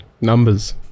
Numbers